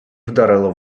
вдарило